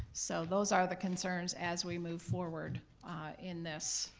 so those are the concerns as we move forward in this